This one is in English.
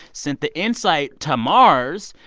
sent the insight to mars.